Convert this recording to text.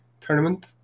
tournament